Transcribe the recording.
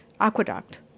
aqueduct